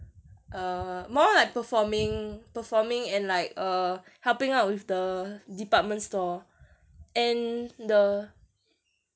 err more like performing performing and like err helping out with the department store and the